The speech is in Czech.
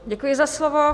Děkuji za slovo.